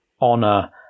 honor